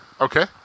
Okay